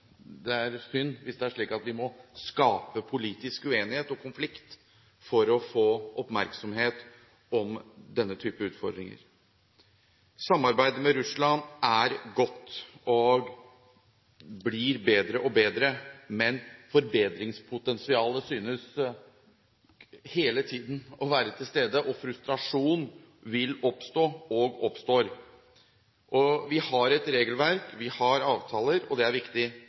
er synd hvis det er slik at vi må skape politisk uenighet og konflikt for å få oppmerksomhet om denne typen utfordringer. Samarbeidet med Russland er godt og blir bedre og bedre, men forbedringspotensialet synes hele tiden å være til stede, frustrasjon vil oppstå og oppstår. Vi har et regelverk, vi har avtaler – og det er viktig